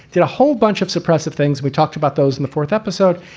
did a whole bunch of suppressive things. we talked about those in the fourth episode.